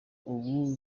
ubu